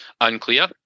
unclear